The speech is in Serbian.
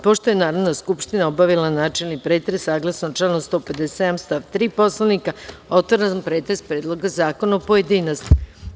Pošto je Narodna skupština obavila načelni pretres, saglasno članu 157. stav 3. Poslovnika otvaram pretres Predloga zakona u pojedinostima.